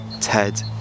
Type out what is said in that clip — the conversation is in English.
Ted